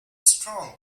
strong